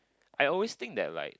I always think that like